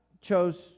chose